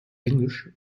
englisch